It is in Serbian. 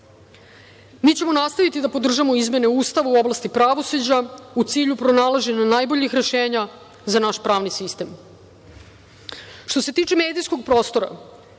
Mi ćemo nastaviti da podržavamo izmene Ustava u oblasti pravosuđa u cilju pronalaženja najboljih rešenja za naš pravni sistem. Što se tiče medijskog prostora,